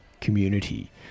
community